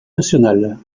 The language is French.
nationale